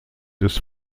des